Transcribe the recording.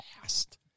fast